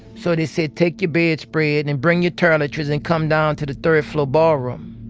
so they said, take your bed spread and and bring your toiletries and come down to the third-floor ballroom.